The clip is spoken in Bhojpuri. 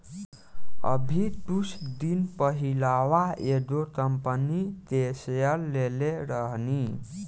अभी कुछ दिन पहिलवा एगो कंपनी के शेयर लेले रहनी